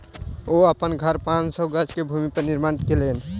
ओ अपन घर पांच सौ गज के भूमि पर निर्माण केलैन